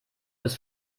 bis